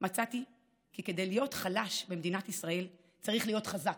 מצאתי כי כדי להיות חלש במדינת ישראל צריך להיות חזק,